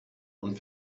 und